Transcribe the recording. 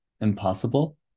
impossible